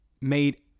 made